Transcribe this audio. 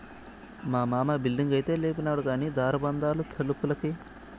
మా మామ బిల్డింగైతే లేపినాడు కానీ దార బందాలు తలుపులకి